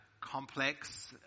Complex